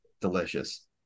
delicious